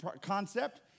concept